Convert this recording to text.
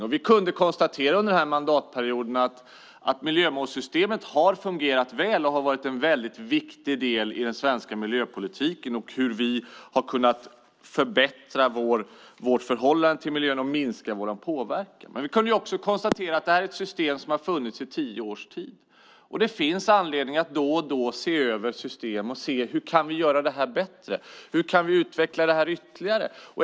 Under den här mandatperioden har vi kunnat konstatera att miljömålssystemet har fungerat väl och har varit en väldigt viktig del i den svenska miljöpolitiken. Vi har kunnat förbättra vårt förhållande till miljön och minska vår påverkan. Vi kan också konstatera att det är ett system som har funnits i tio års tid, och det finns anledning att då och då se över system och se hur vi kan göra dem bättre. Hur kan vi utveckla dem ytterligare?